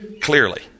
Clearly